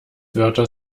wörter